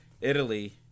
Italy